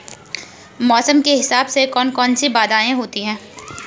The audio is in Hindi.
मौसम के हिसाब से कौन कौन सी बाधाएं होती हैं?